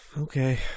Okay